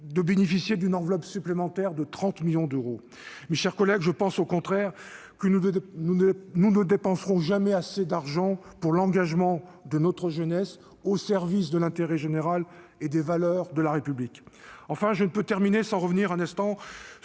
de bénéficier d'une enveloppe supplémentaire de 30 millions d'euros ? Je pense au contraire, mes chers collègues, que nous ne dépenserons jamais assez d'argent pour l'engagement de notre jeunesse au service de l'intérêt général et des valeurs de la République. Enfin, je ne peux terminer sans revenir un instant sur